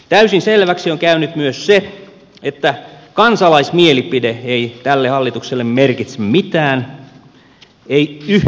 täysin selväksi on käynyt myös se että kansalaismielipide ei tälle hallitukselle merkitse mitään ei yhtään mitään